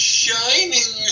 shining